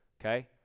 okay